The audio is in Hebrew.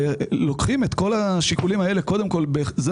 לוקחים את כל השיקולים האלה בחשבון.